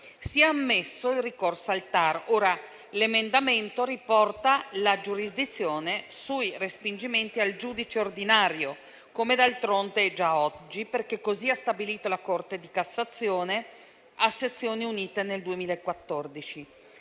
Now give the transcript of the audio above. sia ammesso il ricorso al TAR. L'emendamento riporta la giurisdizione sui restringimenti al giudice ordinario, come d'altronde è già oggi, perché così ha stabilito la Corte di cassazione a Sezioni unite nel 2014.